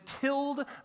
tilled